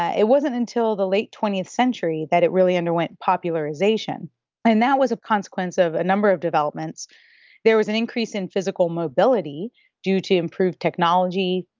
ah it wasn't until the late twentieth century that it really underwent popularization and that was a consequence of a number of developments there was an increase in physical mobility due to improved technology,